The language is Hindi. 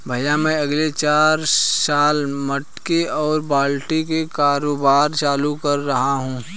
भैया मैं अगले साल मटके और बाल्टी का कारोबार चालू कर रहा हूं